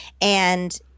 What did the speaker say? And-